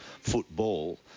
football